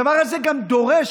הדבר הזה גם דורש,